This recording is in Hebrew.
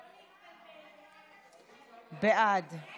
סעיפים 1 2